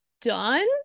done